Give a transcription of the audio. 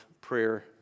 prayer